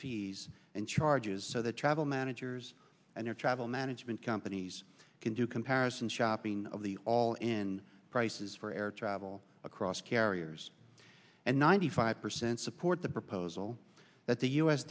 fees and charges so that travel managers and air travel management companies can do comparison shopping of the all in prices for air travel across carriers and ninety five percent support the proposal that the u